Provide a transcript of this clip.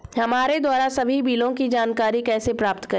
हमारे द्वारा सभी बिलों की जानकारी कैसे प्राप्त करें?